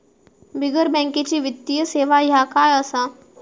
बिगर बँकेची वित्तीय सेवा ह्या काय असा?